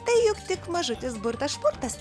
tai juk tik mažutis burtas šmurtas